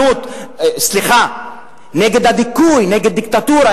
נגד דיקטטורה,